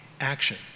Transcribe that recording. action